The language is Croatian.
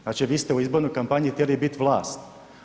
Znači vi ste u izbornoj kampanji htjeli biti vlast.